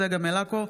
צגה מלקו,